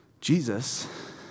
Jesus